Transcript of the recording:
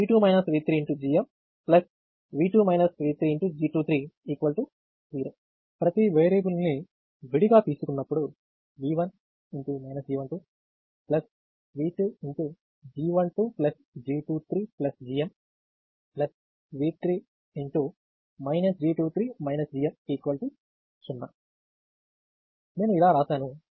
G12 Gm G23 0 ప్రతి variable voltage ని విడిగా తీసుకున్నప్పుడు V1 V2 G12G23GM V3 0 నేను ఇలా రాశాను